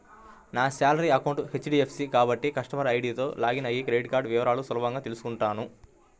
నా salary account HDFC కాబట్టి customer ఐడీతో లాగిన్ అయ్యి క్రెడిట్ వివరాలను సులభంగా తెల్సుకుంటాను